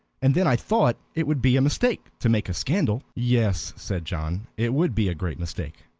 and then i thought it would be a mistake to make a scandal. yes, said john, it would be a great mistake.